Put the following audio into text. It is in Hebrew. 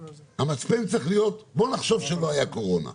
המצפן צריך להיות בוא נחשוב שלא היה קורונה,